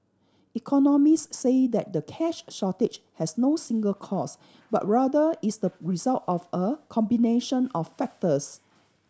economists say that the cash shortage has no single cause but rather is the result of a combination of factors